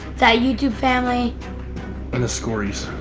that youtube family and the scorries.